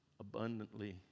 abundantly